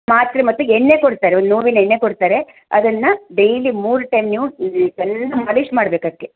ಮಾತ್ರೆ ಮತ್ತು ಎಣ್ಣೆ ಕೊಡ್ತಾರೆ ಒಂದು ನೋವಿನ ಎಣ್ಣೆ ಕೊಡ್ತಾರೆ ಅದನ್ನು ಡೈಲಿ ಮೂರು ಟೈಮ್ ನೀವು ಚೆನ್ನಾಗಿ ಮಾಲೀಶ್ ಮಾಡ್ಬೇಕದ್ಕೆ